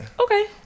Okay